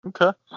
Okay